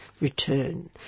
return